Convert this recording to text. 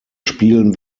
spielen